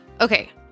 Okay